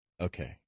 Okay